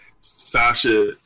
Sasha